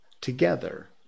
together